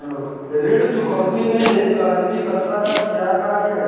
ऋण चुकौती में एक गारंटीकर्ता का क्या कार्य है?